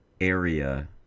area